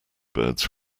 birds